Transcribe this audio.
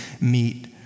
meet